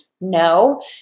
No